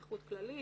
נכות כללית,